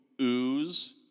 ooze